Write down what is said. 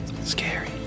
Scary